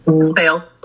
Sales